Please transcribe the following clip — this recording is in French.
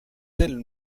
telle